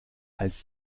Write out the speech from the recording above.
als